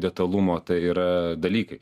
detalumo tai yra dalykai